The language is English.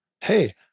Hey